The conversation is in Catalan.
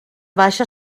baixa